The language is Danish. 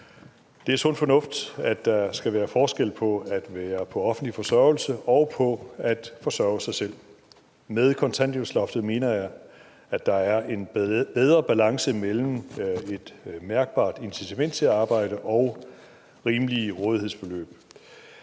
Det er sund fornuft, at der skal være forskel på at være på offentlig forsørgelse og på at forsørge sig selv. Med kontanthjælpsloftet mener jeg at der er en bedre balance imellem et mærkbart incitament til at arbejde og rimelige rådighedsbeløb.